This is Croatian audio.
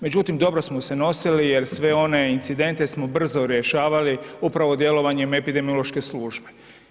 Međutim, dobro smo se nosili jer sve one incidente smo brzo rješavali upravo djelovanjem epidemiološke službe.